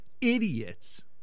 Idiots